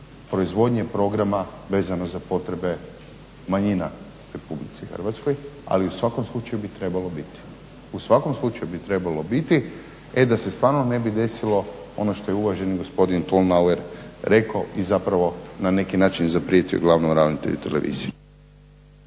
proizvodnje programa vezano za potrebe manjina u Republici Hrvatskoj, ali u svakom slučaju bi trebalo biti da se stvarno ne bi desilo ono što je uvaženi gospodin Tolnauer rekao i zapravo na neki način zaprijeti glavnom ravnatelju televizije.